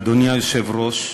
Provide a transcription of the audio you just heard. אדוני היושב-ראש,